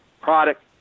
product